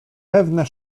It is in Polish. pewne